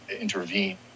intervene